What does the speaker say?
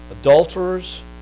adulterers